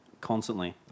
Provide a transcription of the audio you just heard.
Constantly